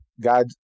God